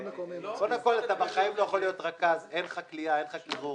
כבר קיימנו את הדיון